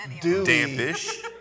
Dampish